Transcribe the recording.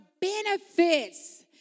benefits